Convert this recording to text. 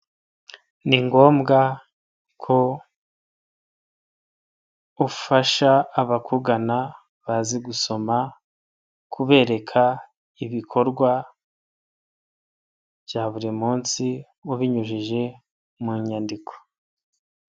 Ni ngombwa ko ufasha abakugana bazi gusoma kubereka ibikorwa bya buri munsi ubinyujije mu nyandiko.